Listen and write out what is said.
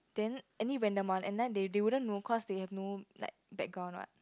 then any random one and then they wouldn't know cause they have no like background what